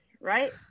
right